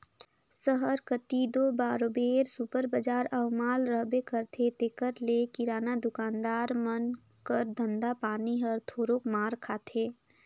सहर कती दो बरोबेर सुपर बजार अउ माल रहबे करथे तेकर ले किराना दुकानदार मन कर धंधा पानी हर थोरोक मार खाथे